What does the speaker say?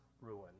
ruin